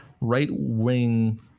right-wing